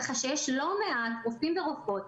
ככה שיש לא מעט רופאים ורופאות,